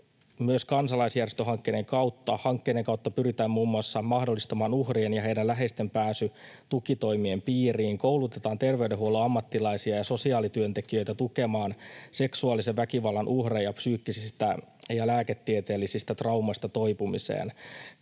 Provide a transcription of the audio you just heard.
Myös kansalaisjärjestöhankkeiden kautta pyritään muun muassa mahdollistamaan uhrien ja heidän läheistensä pääsy tukitoimien piiriin sekä koulutetaan terveydenhuollon ammattilaisia ja sosiaalityöntekijöitä tukemaan seksuaalisen väkivallan uhreja psyykkisistä ja lääketieteellisistä traumoista toipumiseen.